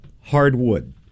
Hardwood